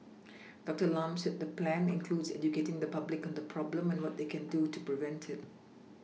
doctor Lam said the plan includes educating the public on the problem and what they can do to prevent it